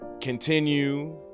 continue